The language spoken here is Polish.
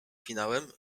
finałem